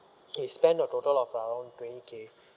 he spent a total of around twenty K